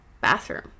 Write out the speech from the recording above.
bathroom